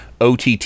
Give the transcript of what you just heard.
ott